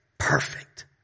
Perfect